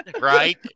right